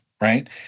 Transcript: right